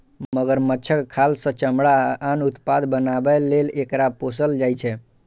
मगरमच्छक खाल सं चमड़ा आ आन उत्पाद बनाबै लेल एकरा पोसल जाइ छै